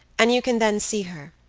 and you can then see her.